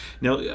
Now